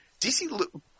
DC